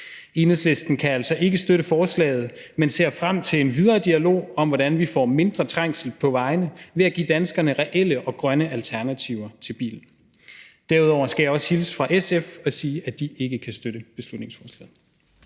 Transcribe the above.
Enhedslisten kan altså ikke støtte forslaget, men ser frem til en videre dialog om, hvordan vi får mindre trængsel på vejene ved at give danskerne reelle og grønne alternativer til bil. Derudover skal jeg også hilse fra SF og sige, at de ikke kan støtte beslutningsforslaget.